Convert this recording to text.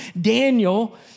Daniel